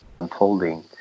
unfolding